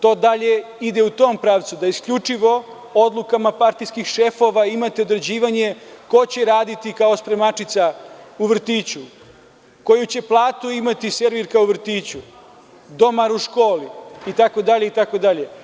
To dalje ide u tom pravcu da isključivo odlukama partijskih šefova imate određivanje ko će raditi kao spremačica u vrtiću, koju će platu imati servirka u vrtiću, domar u školi itd, itd.